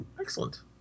Excellent